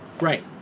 Right